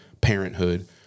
parenthood